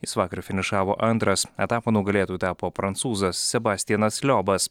jis vakar finišavo antras etapo nugalėtoju tapo prancūzas sebastijanas liobas